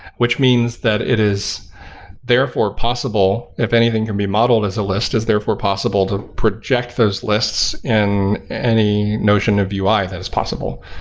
which means that it is therefore possible, if anything can be modeled as a list is therefore possible to project those lists in any notion of ui that is possible.